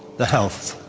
the health,